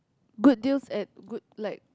good deals at good like